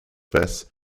bass